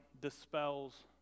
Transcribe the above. dispels